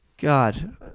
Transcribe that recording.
God